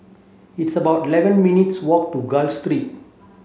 it's about eleven minutes' walk to Gul Street